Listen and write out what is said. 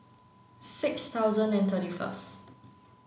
six thousand and thirty first